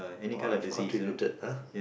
all have contributed ah